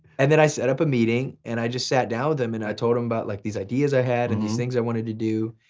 and then i set up a meeting and i just sat down with him. and i told him about like these ideas i had, and these things i wanted to do,